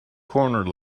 corner